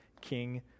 king